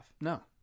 No